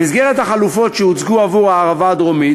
במסגרת החלופות שהוצגו עבור הערבה הדרומית